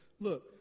Look